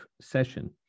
session